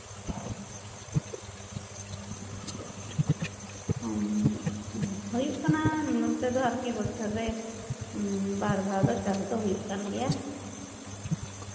ᱚ ᱦᱩᱭᱩᱜ ᱠᱟᱱᱟ ᱱᱚᱛᱮ ᱫᱚ ᱟᱨᱠᱤ ᱵᱚᱪᱷᱚᱨ ᱨᱮ ᱵᱟᱨ ᱫᱷᱟᱣ ᱫᱚ ᱪᱟᱥ ᱫᱚ ᱦᱩᱭᱩᱜ ᱠᱟᱱ ᱜᱮᱭᱟ